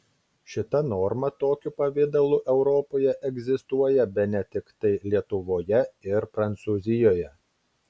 šita norma tokiu pavidalu europoje egzistuoja bene tiktai lietuvoje ir prancūzijoje